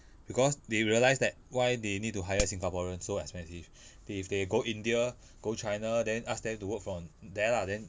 because they realise that why they need to hire singaporeans so expensive if they go india go china then ask them to work from there lah then